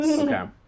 Okay